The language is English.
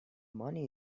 money